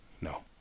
no